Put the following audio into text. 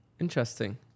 Interesting